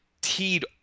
teed